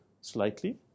slightly